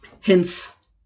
Hence